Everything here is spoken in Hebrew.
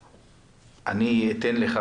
אני אתן לך,